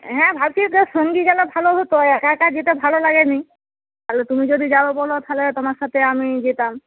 হ্যাঁ ভাবছি তো সঙ্গী গেলে ভালো হত একা একা যেতে ভালো লাগেনা তাহলে তুমি যদি যাবে বলো তাহলে তোমার সাথে আমি যেতাম